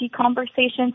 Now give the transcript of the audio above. conversations